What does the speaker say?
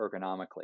ergonomically